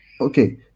Okay